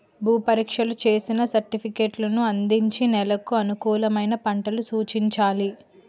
భూ పరీక్షలు చేసిన సర్టిఫికేట్లను అందించి నెలకు అనుకూలమైన పంటలు సూచించాలి